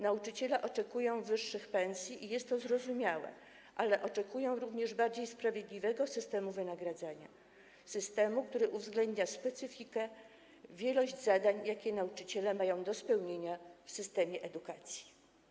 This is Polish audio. Nauczyciele oczekują wyższych pensji, i jest to zrozumiałe, ale oczekują również bardziej sprawiedliwego systemu wynagradzania, systemu, który uwzględnia specyfikę i wielość zadań, jakie nauczyciele mają do spełnienia w systemie edukacji.